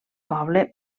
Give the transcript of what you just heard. poble